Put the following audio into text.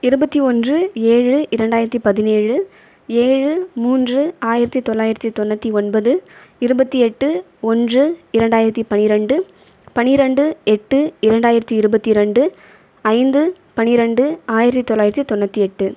இருபத்தி ஒன்று ஏழு இரண்டாயிரத்தி பதினேழு ஏழு மூன்று ஆயிரத்தி தொளாயிரத்தி தொண்ணூற்றி ஒன்பது இருபத்தி எட்டு ஒன்று இரண்டாயிரத்தி பன்னிரெண்டு பன்னிரெண்டு எட்டு இரண்டாயிரத்தி இருபத்தி இரண்டு ஐந்து பன்னிரெண்டு ஆயிரத்தி தொளாயிரத்தி தொண்ணூற்றி எட்டு